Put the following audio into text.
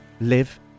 live